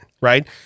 right